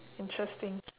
interesting